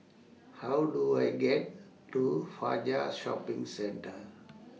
How Do I get to Fajar Shopping Centre